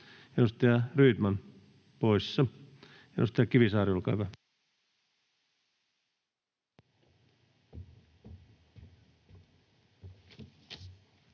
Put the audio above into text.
Edustaja Niikko poissa. Edustaja Kärnä, olkaa hyvä.